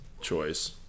choice